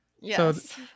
Yes